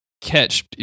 Catch